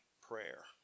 prayer